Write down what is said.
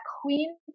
queen